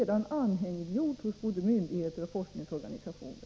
Detta problem är redan anhängiggjort hos både myndigheter och forskningsorganisationer.